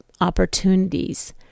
opportunities